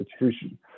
institution